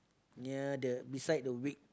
near the beside the wig